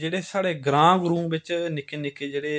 जेह्ड़े साढ़े ग्रांऽ ग्रूं बिच्च निक्के निक्के जेह्ड़े